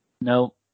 No